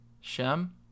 Shem